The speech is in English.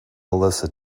melissa